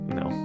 no